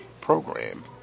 program